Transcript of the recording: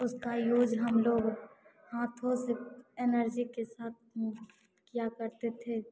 उसका यूज हम लोग हाथों से एनर्जी के साथ में किया करते थे